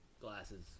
Glasses